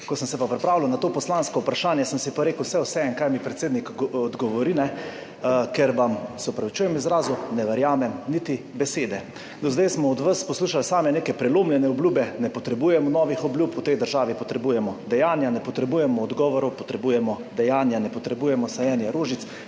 Ko sem se pa pripravljal na to poslansko vprašanje, sem si pa rekel, saj je vseeno, kaj mi predsednik odgovori, ker vam, se opravičujem izrazu, ne verjamem niti besede. Do zdaj smo od vas poslušali same neke prelomljene obljube. Ne potrebujemo novih obljub v tej državi, potrebujemo dejanja. Ne potrebujemo odgovorov, potrebujemo dejanja. Ne potrebujemo sajenja rožic,